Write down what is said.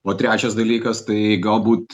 o trečias dalykas tai galbūt